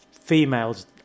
females